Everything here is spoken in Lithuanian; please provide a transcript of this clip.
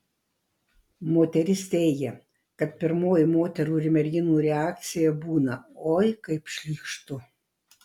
moteris teigia kad pirmoji moterų ir merginų reakcija būna oi kaip šlykštu